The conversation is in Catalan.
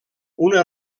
una